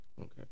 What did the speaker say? Okay